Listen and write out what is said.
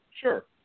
Sure